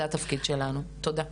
זה תפקיד שלנו, תודה.